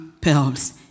pearls